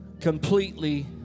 completely